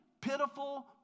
pitiful